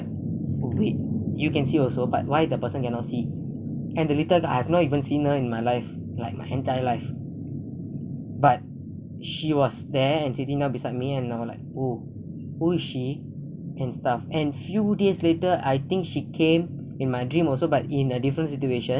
wait you can see also but why the person and the little girl I've not even seen her in my life like my entire life but she was there and sitting down beside me and I was like oh who is she and stuff and few days later I think she came in my dream also but in a different situation